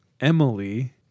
Emily